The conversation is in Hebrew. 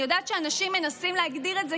אני יודעת שאנשים מנסים להגדיר את זה